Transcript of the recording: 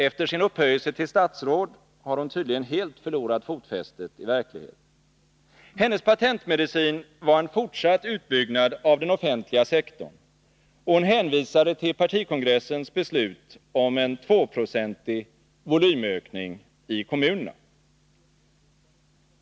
Efter sin upphöjelse till statsråd har hon tydligen helt förlorat fotfästet i verkligheten. Hennes patentmedicin var en fortsatt utbyggnad av den offentliga sektorn, och hon hänvisade till partikongressens beslut om en tvåprocentig volymökning i kommunerna.